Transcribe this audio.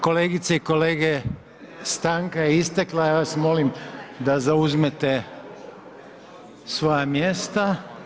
Kolegice i kolege, stanka je istekla, ja vas molim da zauzmete svoja mjesta.